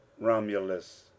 Romulus